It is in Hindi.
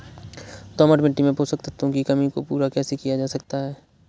दोमट मिट्टी में पोषक तत्वों की कमी को पूरा कैसे किया जा सकता है?